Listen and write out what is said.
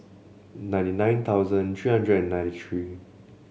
ninety nine thousand three hundred and ninety three